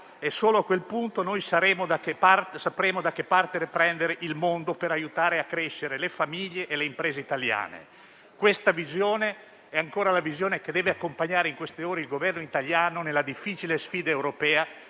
e solo a quel punto noi sapremo da che parte prendere il mondo per aiutare a crescere le famiglie e le imprese italiane. Questa visione è ancora la visione che deve accompagnare in queste ore il Governo italiano nella difficile sfida europea,